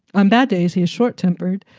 i'm bad days. he is short tempered,